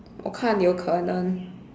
我看有可能